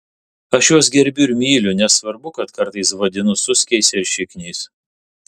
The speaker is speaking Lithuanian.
aš juos gerbiu ir myliu nesvarbu kad kartais vadinu suskiais ir šikniais